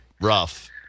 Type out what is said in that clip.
rough